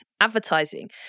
advertising